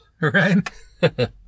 Right